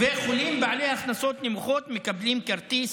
וחולים בעלי הכנסות נמוכות מקבלים כרטיס